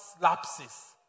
lapses